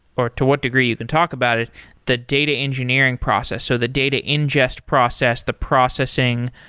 or to what degree you can talk about it the data engineering process so the data ingest process, the processing,